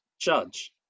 judge